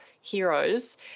heroes